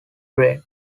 brain